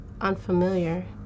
unfamiliar